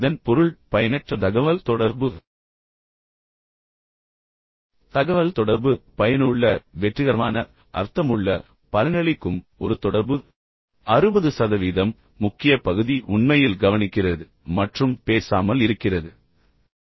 இதன் பொருள் பயனற்ற தகவல்தொடர்பு தகவல் தொடர்பு பயனுள்ள வெற்றிகரமான அர்த்தமுள்ள பலனளிக்கும் ஒரு தொடர்பு 60 60 சதவீதம் முக்கிய பகுதி உண்மையில் கவனிக்கிறது மற்றும் பேசாமல் இருப்பது அல்ல